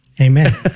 Amen